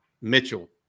Mitchell